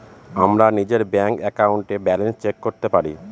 আমরা নিজের ব্যাঙ্ক একাউন্টে ব্যালান্স চেক করতে পারি